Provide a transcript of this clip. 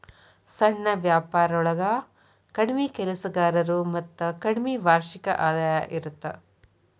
ಸಣ್ಣ ವ್ಯಾಪಾರೊಳಗ ಕಡ್ಮಿ ಕೆಲಸಗಾರರು ಮತ್ತ ಕಡ್ಮಿ ವಾರ್ಷಿಕ ಆದಾಯ ಇರತ್ತ